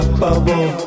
bubble